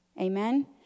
amen